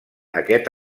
aquest